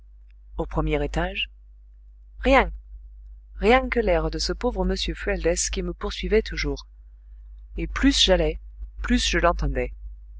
au premier étage rien rien que l'air de ce pauvre m fualdès qui me poursuivait toujours et plus j'allais plus je l'entendais